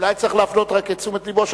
אולי צריך להפנות את תשומת לבו לכך